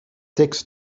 takes